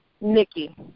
Nikki